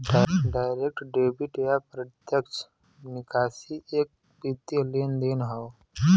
direct debit या प्रत्यक्ष निकासी एक वित्तीय लेनदेन हौ